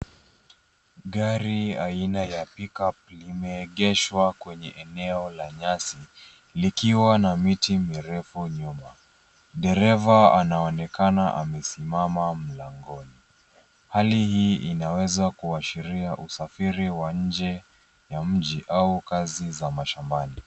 Gari aina ya pickup limeegeshwa kwenye eneo la nyasi, likiwa na miti mirefu nyuma. Dereva anaonekana amesimama mlangoni. Hali hii inaweza kuashiria usafiri wa nje ya mji au kazi za mashambani.